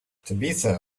tabitha